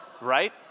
Right